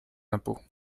impôts